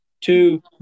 Two